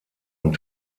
und